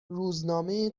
روزنامه